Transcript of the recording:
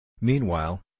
Meanwhile